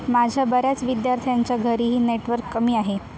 माझ्या बऱ्याच विद्यार्थ्यांच्या घरीही नेटवर्क कमी आहे